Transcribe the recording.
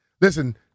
Listen